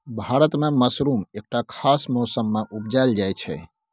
भारत मे मसरुम एकटा खास मौसमे मे उपजाएल जाइ छै